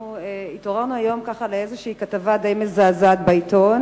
אנחנו התעוררנו היום לאיזושהי כתבה די מזעזעת בעיתון,